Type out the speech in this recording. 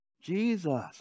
jesus